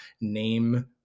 name